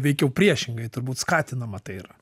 veikiau priešingai turbūt skatinama tai yra